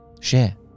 share